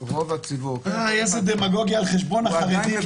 איזה דמגוגיה על חשבון החרדים.